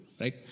right